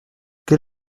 quel